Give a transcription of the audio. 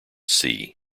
sea